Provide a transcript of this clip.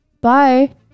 Bye